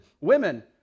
Women